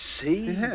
see